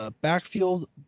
backfield